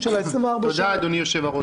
תודה, אדוני היושב-ראש.